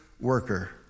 Worker